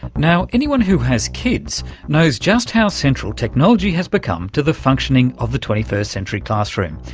now, anyone who has kids knows just how central technology has become to the functioning of the twenty first century classroom.